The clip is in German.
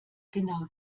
genau